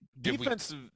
defensive